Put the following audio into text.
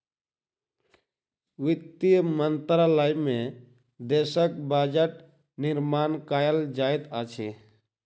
वित्त मंत्रालय में देशक बजट निर्माण कयल जाइत अछि